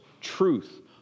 truth